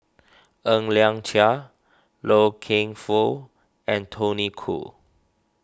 Ng Liang Chiang Loy Keng Foo and Tony Khoo